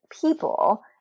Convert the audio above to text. people